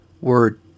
Word